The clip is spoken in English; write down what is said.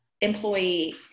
employee